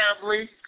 family